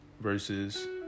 versus